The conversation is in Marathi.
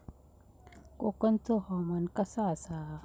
कोकनचो हवामान कसा आसा?